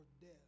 death